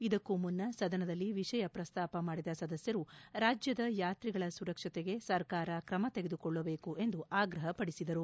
ಇದಕ್ಕೂ ಮುನ್ನ ಸದನದಲ್ಲಿ ವಿಷಯ ಪ್ರಸ್ತಾಪ ಮಾಡಿದ ಸದಸ್ಯರು ರಾಜ್ಯದ ಯಾತ್ರಿಗಳ ಸುರಕ್ಷತೆಗೆ ಸರ್ಕಾರ ಕ್ರಮ ತೆಗೆದುಕೊಳ್ಳಬೇಕು ಎಂದು ಆಗ್ರಹಪಡಿಸಿದರು